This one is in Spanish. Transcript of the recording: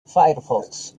firefox